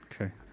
Okay